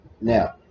Now